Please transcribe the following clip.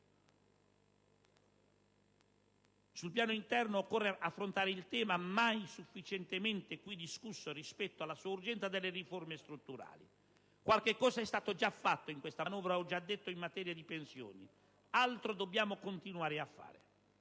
Sul piano interno, occorre affrontare il tema, mai sufficientemente qui discusso rispetto alla sua urgenza, delle riforme strutturali. Qualcosa è stato già fatto in questa manovra; ho già detto in materia di pensioni; altro dobbiamo continuare a fare.